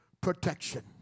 protection